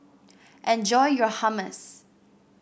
enjoy your Hummus